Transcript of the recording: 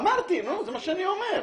זה מה שאני אומר.